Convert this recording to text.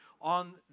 on